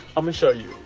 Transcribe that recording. um show you